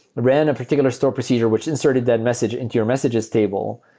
ran a particular store procedure, which inserted that message into your messages table.